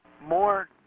more